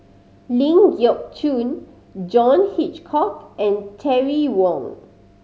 Ling Geok Choon John Hitchcock and Terry Wong